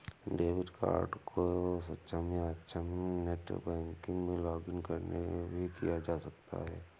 debit card को सक्षम या अक्षम नेट बैंकिंग में लॉगिंन करके भी किया जा सकता है